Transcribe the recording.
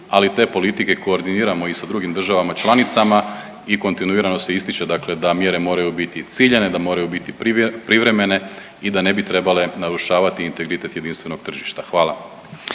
ali te politike koordiniramo i sa drugim državama članicama i kontinuirano se ističe da mjere moraju biti ciljane, da moraju biti privremene i da ne bi trebale narušavati integritet jedinstvenog tržišta. Hvala.